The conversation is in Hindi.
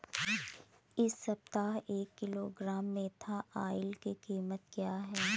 इस सप्ताह एक किलोग्राम मेन्था ऑइल की कीमत क्या है?